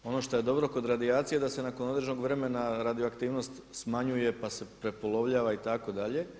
Ono što je dobro kod radijacije da se nakon određenog vremena radioaktivnost smanjuje, pa se prepolovljava itd.